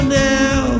now